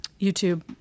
YouTube